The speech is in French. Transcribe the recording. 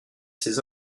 ces